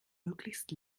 möglichst